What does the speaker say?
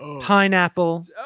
pineapple